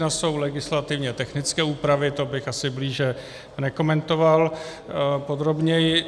Jedna jsou legislativně technické úpravy, to bych asi nekomentoval podrobněji.